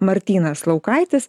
martynas laukaitis